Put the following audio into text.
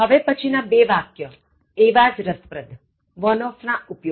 હવે પછી ના બે વાક્ય એક એવા જ રસપ્રદ "one of" ના ઉપયોગ માટે